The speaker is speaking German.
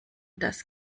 das